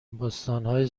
بستانهای